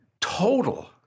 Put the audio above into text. total